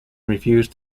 refused